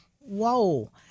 Whoa